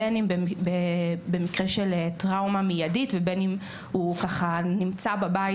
בין אם במקרה של טראומה מיידית ובין אם הוא נמצא בבית.